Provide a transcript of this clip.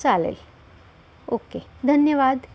चालेल ओके धन्यवाद